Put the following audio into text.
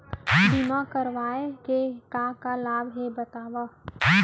बीमा करवाय के का का लाभ हे बतावव?